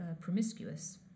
promiscuous